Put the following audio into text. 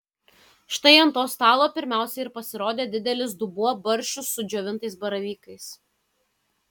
štai ant to stalo pirmiausia ir pasirodė didelis dubuo barščių su džiovintais baravykais